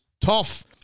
tough